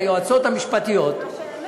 היועצות המשפטיות, מה שאמת.